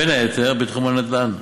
בין היתר בתחום הנדל"ן.